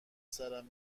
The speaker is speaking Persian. سرم